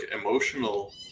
emotional